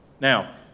Now